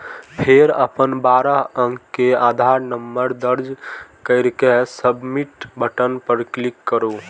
फेर अपन बारह अंक के आधार नंबर दर्ज कैर के सबमिट बटन पर क्लिक करू